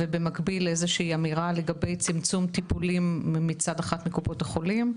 ובמקביל לאמירה לגבי אי צמצום טיפולים מצד אחד מקופות החולים,